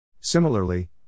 Similarly